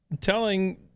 telling